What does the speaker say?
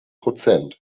prozent